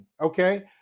okay